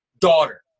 daughter